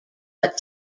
but